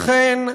לכן,